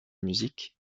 musique